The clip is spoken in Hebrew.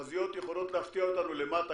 התחזיות יכולות להפתיע אותנו למטה,